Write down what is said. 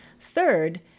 Third